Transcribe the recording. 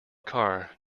car